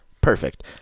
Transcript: Perfect